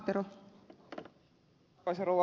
arvoisa rouva puhemies